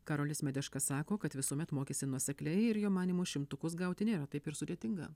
karolis medeška sako kad visuomet mokėsi nuosekliai ir jo manymu šimtukus gauti nėra taip ir sudėtinga